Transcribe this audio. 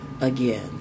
again